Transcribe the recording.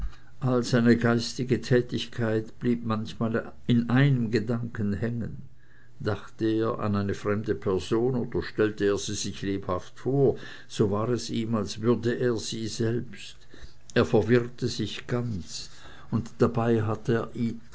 all seine geistige tätigkeit blieb manchmal in einem gedanken hängen dachte er an eine fremde person oder stellte er sie sich lebhaft vor so war es ihm als würde er sie selbst er verwirrte sich ganz und dabei hatte er